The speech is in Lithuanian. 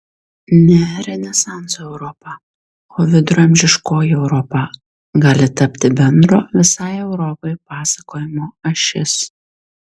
ne renesanso europa o viduramžiškoji europa gali tapti bendro visai europai pasakojimo ašis